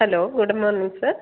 hello good morning sir